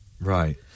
Right